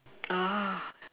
ah